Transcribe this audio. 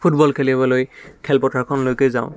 football খেলিবলৈ খেলপথাৰখনলৈকে যাওঁ